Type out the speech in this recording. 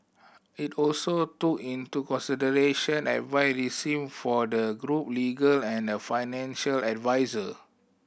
it also took into consideration advice received for the group legal and financial adviser